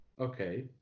Okay